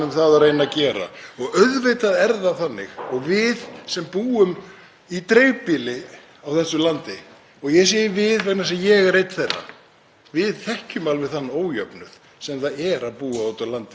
þekkjum alveg þann ójöfnuð sem felst í að búa úti á landi miðað við þéttbýli. Ég er hins vegar ekki viss um að það séu mjög margir aðrir sem búa í dreifbýli á Íslandi í þessum sal